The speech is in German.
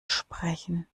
sprechen